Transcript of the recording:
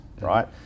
right